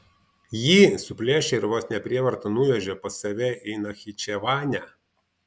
jį suplėšė ir vos ne prievarta nuvežė pas save į nachičevanę